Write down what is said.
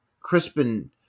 Crispin